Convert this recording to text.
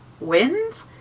wind